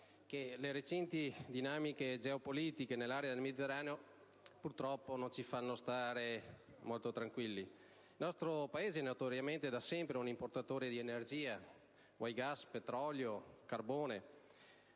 alle recenti dinamiche geopolitiche nell'area del Mediterraneo che, purtroppo, non ci fanno stare molto tranquilli. Il nostro Paese è notoriamente da sempre un importatore di energia (gas, petrolio, carbone)